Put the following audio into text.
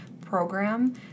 program